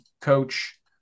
coach